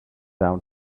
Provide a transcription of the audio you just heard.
out